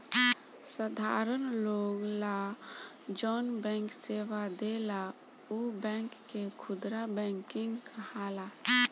साधारण लोग ला जौन बैंक सेवा देला उ बैंक के खुदरा बैंकिंग कहाला